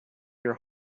your